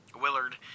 Willard